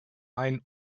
einen